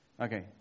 Okay